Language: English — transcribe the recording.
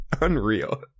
Unreal